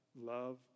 Love